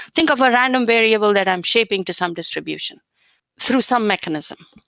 think of a random variable that i'm shaping to some distribution through some mechanism.